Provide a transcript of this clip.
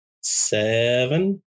seven